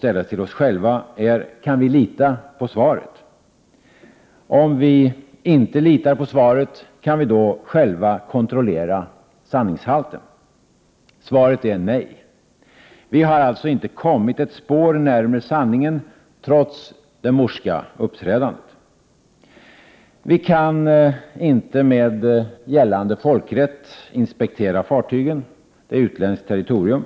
Den fråga vi då måste ställa oss är: Kan vi lita på svaret? Om vi 29 maj 1989 inte litar på svaret, kan vi då själva kontrollera sanningshalten? Svaret är nej. Vi har alltså inte kommit ett spår närmare sanningen trots det morska uppträdandet. Vi kan inte med gällande folkrätt inspektera fartygen. De är utländskt territorium.